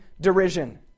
derision